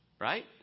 right